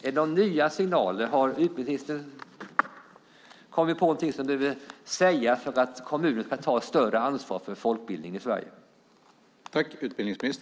Är det några nya signaler? Har utbildningsministern kommit på någonting som han vill säga för att kommuner ska ta ett större ansvar för folkbildning i Sverige?